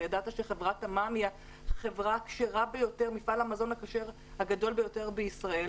הידעת שחברת תממ היא מפעל המזון הכשר הגדול ביותר בישראל?